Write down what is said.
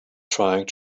trying